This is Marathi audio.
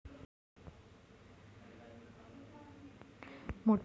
मोठे उद्योगपती आपला आयकर लवकर जमा करत नाहीत